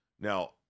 Now